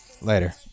Later